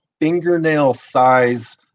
fingernail-size